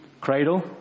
cradle